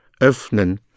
öffnen